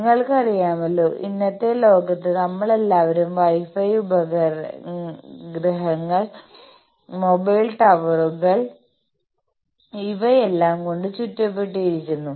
നിങ്ങക്ക് അറിയാമല്ലോ ഇന്നത്തെ ലോകത്ത് നമ്മളെല്ലാവരും വൈ ഫൈ ഉപഗ്രഹങ്ങൾ മൊബൈൽ ടവറുകൾ ഇവയെല്ലാം കൊണ്ട് ചുറ്റപ്പെട്ടിരിക്കുന്നു